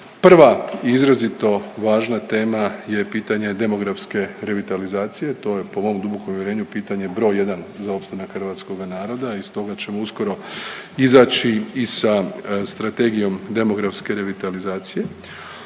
Prva i izrazito važna tema je pitanje demografske revitalizacije, to je po mom dubokom uvjerenju pitanje br. jedan za opstanak hrvatskoga naroda i stoga ćemo uskoro izaći i sa strategijom demografske revitalizacije.